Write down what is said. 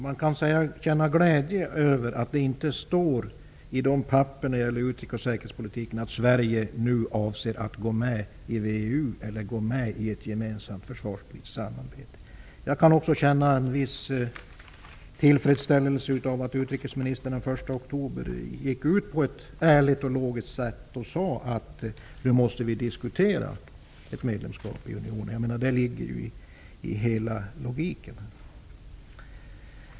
Man kan känna glädje över att det inte står i papperen som gäller utrikes och säkerhetspolitiken att Sverige nu avser att gå med i VEU eller i ett försvarspolitiskt samarbete. Jag kan också känna en viss tillfredsställelse över att utrikesministern den 1 oktober gick ut på ett ärligt och logiskt sätt och sade att vi måste diskutera ett medlemskap i unionen. Det är ju logiskt.